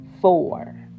four